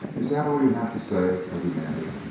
is that all you have to say? i demanded.